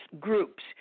groups